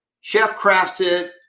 chef-crafted